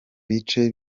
bice